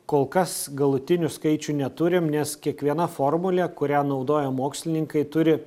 kol kas galutinių skaičių neturim nes kiekviena formulė kurią naudoja mokslininkai turi